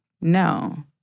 no